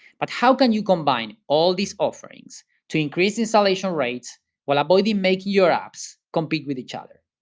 but how can you combine all these offerings to increase installation rates while avoiding making your apps compete with each other?